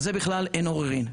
על זה בכלל אין עוררין.